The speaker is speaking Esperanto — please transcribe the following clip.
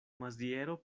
maziero